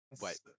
Wait